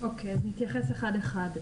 אני אתייחס אחד-אחד.